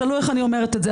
שאלו איך אני אומרת את זה.